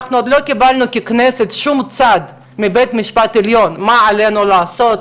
אנחנו עוד לא קיבלנו ככנסת שום צו מבית המשפט העליון מה עלינו לעשות,